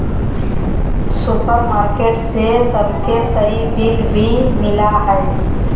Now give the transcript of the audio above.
supermarket से सबके सही बिल भी मिला हइ